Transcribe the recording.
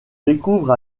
découvre